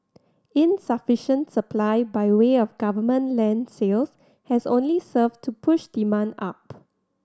insufficient supply by way of government land sales has only served to push demand up